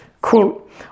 Quote